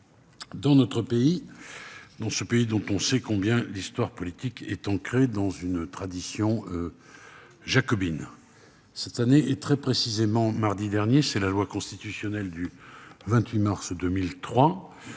Dans notre pays. Non ce pays dont on sait combien l'histoire politique est ancré dans une tradition. Jacobine. Cette année et très précisément, mardi dernier, c'est la loi constitutionnelle du 28 mars 2003